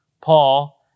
Paul